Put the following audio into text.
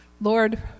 Lord